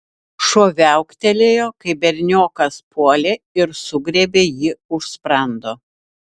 šuo viauktelėjo kai berniokas puolė ir sugriebė jį už sprando